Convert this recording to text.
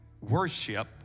Worship